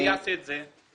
מי יעשה את זה?